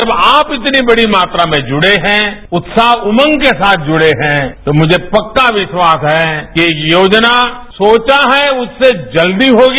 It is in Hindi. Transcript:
जब आप इतनी बड़ी मात्रा में जुड़े हैं उत्साह उमंग के साथ जुड़े हैं तो मुझे यह पक्का विश्वास है यह योजना जो सोचा है उससे जल्दी होगी